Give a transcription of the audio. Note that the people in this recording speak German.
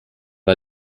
war